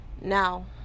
Now